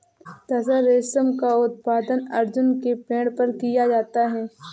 तसर रेशम का उत्पादन अर्जुन के पेड़ पर किया जाता है